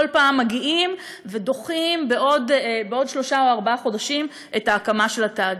כל פעם מגיעים ודוחים בעוד שלושה או ארבעה חודשים את ההקמה של התאגיד.